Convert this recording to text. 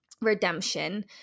redemption